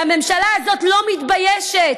והממשלה הזאת לא מתביישת,